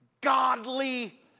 godly